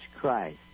Christ